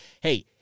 hey